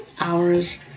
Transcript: hours